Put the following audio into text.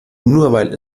weil